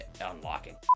unlocking